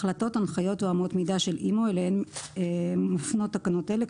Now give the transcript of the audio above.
הנחיות או אמות מידה של אימ"ו אליהן מפנות תקנות אלו,